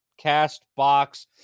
CastBox